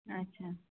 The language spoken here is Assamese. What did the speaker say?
আচ্ছা